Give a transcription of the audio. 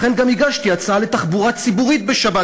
לכן גם הגשתי הצעה לתחבורה ציבורית בשבת,